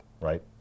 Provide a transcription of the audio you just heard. right